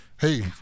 Hey